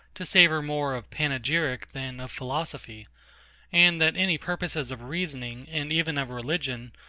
to savour more of panegyric than of philosophy and that any purposes of reasoning, and even of religion,